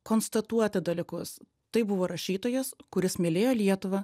konstatuoti dalykus tai buvo rašytojas kuris mylėjo lietuvą